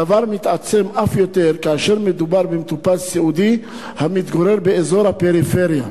הדבר מתעצם אף יותר כאשר מדובר במטופל סיעודי המתגורר באזור הפריפריה.